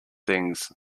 things